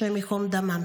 השם ייקום דמם.